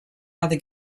other